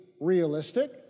realistic